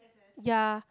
ya